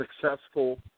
successful